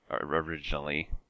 originally